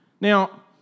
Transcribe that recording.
Now